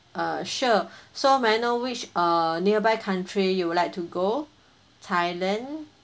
uh sure so may I know which uh nearby country you would like to go thailand